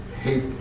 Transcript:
hate